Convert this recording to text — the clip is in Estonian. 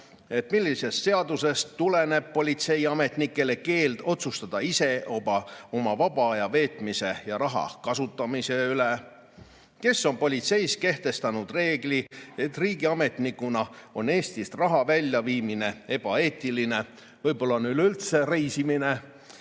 Millisest seadusest tuleneb politseiametnikele keeld otsustada ise oma vaba aja veetmise ja raha kasutamise üle? Kes on politseis kehtestanud reegli, et riigiametnikuna on Eestist raha väljaviimine ebaeetiline? Võib-olla on üleüldse reisimine